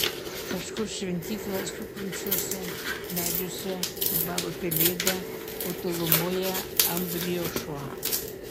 kažkur šventyklą supančiuose medžiuose ūbavo pelėda o tolumoje ambrijo šuo